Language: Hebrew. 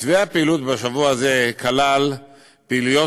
מתווה הפעילות בשבוע זה כלל פעילויות